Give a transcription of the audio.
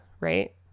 right